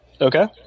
Okay